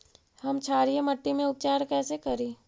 हम क्षारीय मिट्टी के उपचार कैसे करी?